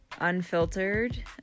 unfiltered